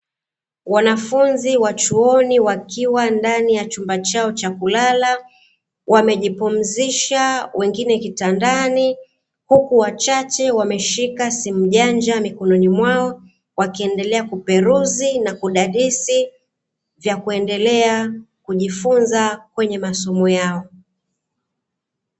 Wanafunzi wa chuoni wakiwa ndani ya chumba chao cha kulala wamejipumzisha wengine kitandani, huku wachache wameshika simu janja mikononi mwao wakiendelea kuperuzi na kudadisi vya kuendelea kujifunza kwenye masomo yao.